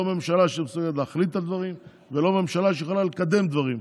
לא ממשלה שמסוגלת להחליט על דברים ולא ממשלה שיכולה לקדם דברים.